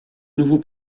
nouveau